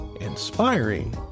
inspiring